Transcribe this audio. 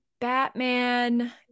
batman